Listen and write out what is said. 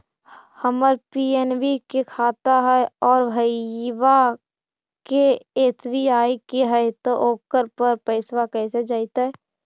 हमर पी.एन.बी के खाता है और भईवा के एस.बी.आई के है त ओकर पर पैसबा कैसे जइतै?